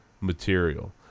material